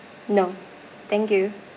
no thank you